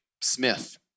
Smith